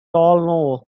all